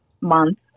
month